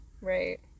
Right